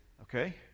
Okay